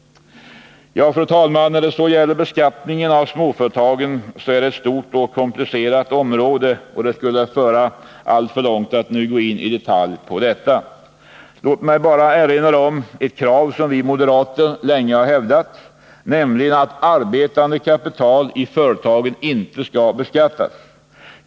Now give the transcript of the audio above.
Fru talman! Beskattningen av småföretagen är ett stort och komplicerat område, och det skulle föra alltför långt att nu gå in i detalj på detta. Låt mig dock erinra om ett krav som vi moderater länge har ställt, nämligen att arbetande kapital i företagen inte skall beskattas.